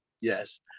Yes